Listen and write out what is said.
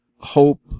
hope